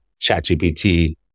ChatGPT